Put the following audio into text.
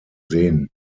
sehen